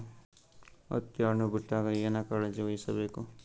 ಹತ್ತಿ ಹಣ್ಣು ಬಿಟ್ಟಾಗ ಏನ ಕಾಳಜಿ ವಹಿಸ ಬೇಕು?